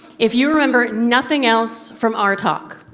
if you remember nothing else from our talk,